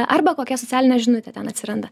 arba kokia socialinė žinutė ten atsiranda